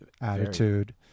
attitude